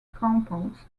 compounds